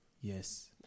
yes